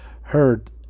heard